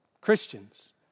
Christians